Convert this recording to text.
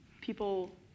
people